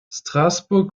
strasburg